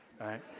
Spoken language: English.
right